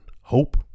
hope